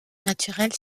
naturelle